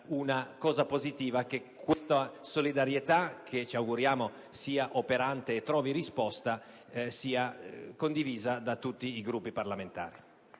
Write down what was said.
una cosa positiva che questa solidarietà, che ci auguriamo sia operante e trovi risposta, sia condivisa da tutti i Gruppi parlamentari.